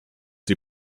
sie